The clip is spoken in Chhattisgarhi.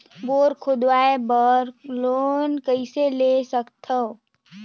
बोर खोदवाय बर लोन कइसे ले सकथव?